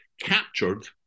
captured